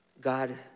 God